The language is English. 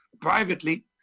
privately